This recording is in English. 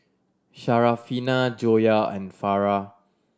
Syarafina Joyah and Farah